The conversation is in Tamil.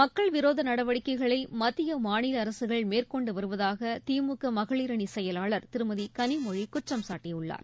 மக்கள் விரோத நடவடிக்கைகளை மத்திய மாநில அரசுகள் மேற்கொண்டு வருவதாக திமுக மகளிரணி செயலாளர் திருமதி கனிமொழி குற்றம் சாட்டியுள்ளார்